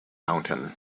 mountain